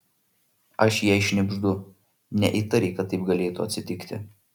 aš jai šnibždu neįtarei kad taip galėtų atsitikti